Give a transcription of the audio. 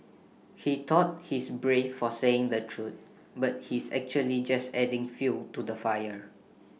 he thought he's brave for saying the truth but he's actually just adding fuel to the fire